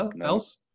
else